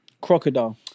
Crocodile